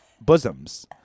Bosoms